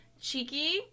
cheeky